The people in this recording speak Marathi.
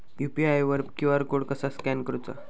यू.पी.आय वर क्यू.आर कोड कसा स्कॅन करूचा?